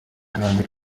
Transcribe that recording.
kandi